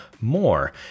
more